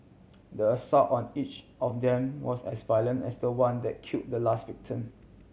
the assault on each of them was as violent as the one that kill the last victim